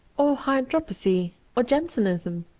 or hydropathy, or jansenism?